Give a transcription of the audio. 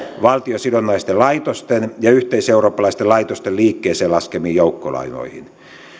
valtiosidonnaisten laitosten ja yhteiseurooppalaisten laitosten liikkeeseen laskemiin joukkolainoihin